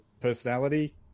personality